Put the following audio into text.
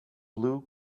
blue